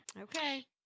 Okay